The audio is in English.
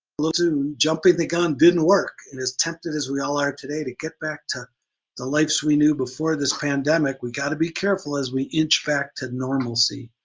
but jumping the gun didn't work and as tempted as we all are today to get back to the lives we knew before this pandemic, we got to be careful as we inch back to normalcy.